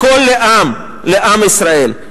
הכול לעם, לעם ישראל".